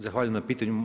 Zahvaljujem na pitanju.